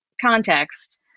context